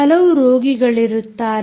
ಹಲವು ರೋಗಿಗಳಿರುತ್ತಾರೆ